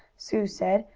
sue said.